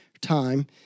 time